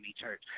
Church